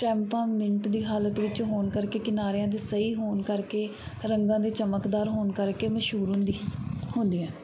ਸਟੈਂਪਾਂ ਦੀ ਹਾਲਤ ਵਿੱਚ ਹੋਣ ਕਰਕੇ ਕਿਨਾਰਿਆਂ ਦੇ ਸਹੀ ਹੋਣ ਕਰਕੇ ਰੰਗਾਂ ਦੇ ਚਮਕਦਾਰ ਹੋਣ ਕਰਕੇ ਮਸ਼ਹੂਰ ਹੁੰਦੀ ਹੁੰਦੀਆਂ